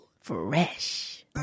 fresh